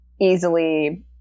easily